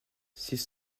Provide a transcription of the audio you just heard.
six